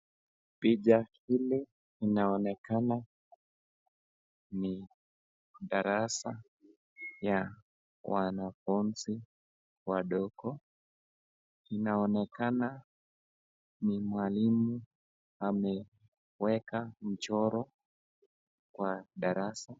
Picha hili linaonekana ni darasa ya wanafunzi wadogo, inaonekana ni mwalimu ameweka mchoro kwa darasa.